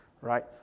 right